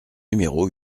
numéro